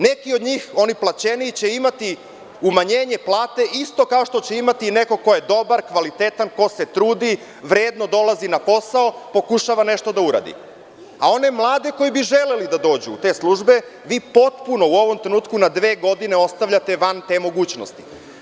Neki od njih, oni plaćeniji, će imati umanjenje plate isto kao što će imati neko ko je dobar, kvalitetan, ko se trudi, vredno dolazi na posao, pokušava nešto da uradi, a one mlade koji bi želeli da dođu u te službe, vi potpuno u ovom trenutku na dve godine ostavljate van te mogućnosti.